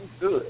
good